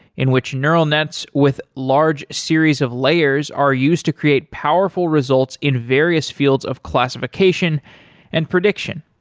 in which neural nets with large series of layers are used to create powerful results in various fields of classification and prediction.